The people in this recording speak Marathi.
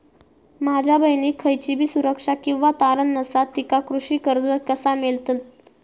माझ्या बहिणीक खयचीबी सुरक्षा किंवा तारण नसा तिका कृषी कर्ज कसा मेळतल?